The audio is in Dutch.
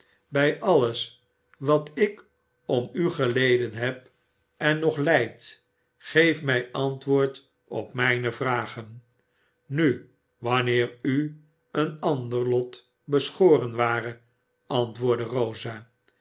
bij alles wat ik om u geleden heb en nog lijd geef mij antwoord op mijne vragen nu wanneer u een ander lot beschoren ware antwoordde rosa